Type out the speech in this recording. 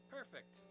Perfect